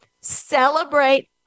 celebrate